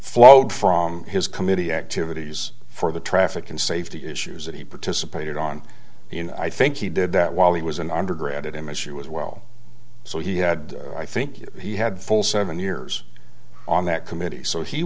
flowed from his committee activities for the traffic and safety issues that he participated on in i think he did that while he was an undergrad at him as she was well so he had i think he had full seven years on that committee so he